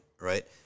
right